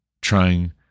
trying